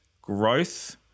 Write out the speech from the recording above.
growth